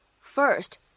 first